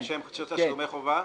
של תשלומי חובה?